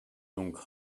donc